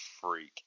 freak